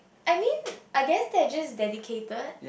I mean I guess they are just dedicated